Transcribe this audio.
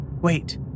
Wait